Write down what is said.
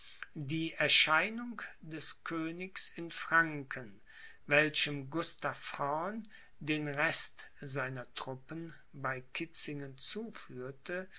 die erscheinung des königs in franken welchem gustav horn den rest seiner truppen bei kitzingen zuführte